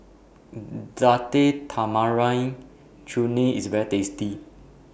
Date Tamarind Chutney IS very tasty